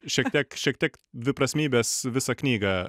šiek tiek šiek tiek dviprasmybės visą knygą